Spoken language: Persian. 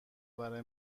برای